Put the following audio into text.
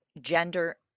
gender